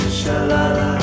shalala